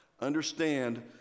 Understand